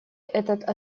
этот